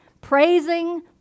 praising